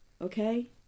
Okay